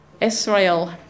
Israel